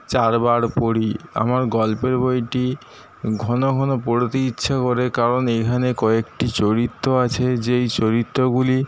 চারবার পড়ি আমার গল্পের বইটি ঘন ঘন পড়তে ইচ্ছা করে কারণ এখানে কয়েকটি চরিত্র আছে যেই চরিত্রগুলি